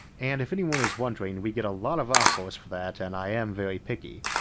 and if anyone is wondering we get lots of offers for that and i'm very picky.